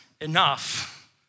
enough